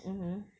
mmhmm